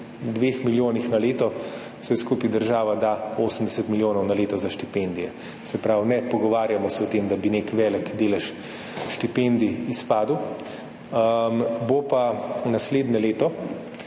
o 2 milijonih na leto, država pa da vse skupaj 80 milijonov na leto za štipendije. Se pravi, ne pogovarjamo se o tem, da bi nek velik delež štipendij izpadel. Bo pa naslednje leto